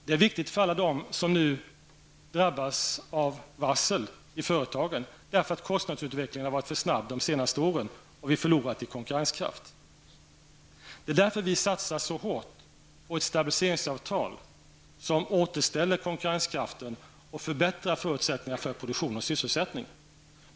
Det är viktigt för alla dem som nu drabbas av varsel i företagen, därför att kostnadsutvecklingen har varit för snabb under de senaste åren och vi har förlorat i konkurrenskraft. Det är därför vi satsar så hårt på ett stabiliseringsavtal, som återställer konkurrenskraften och förbättrar förutsättningarna för produktion och sysselsättning.